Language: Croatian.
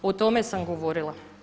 O tome sam govorila.